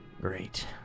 Great